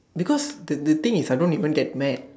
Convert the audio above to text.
because the the thing is I don't even get mad